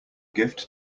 gift